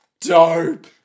Dope